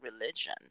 religion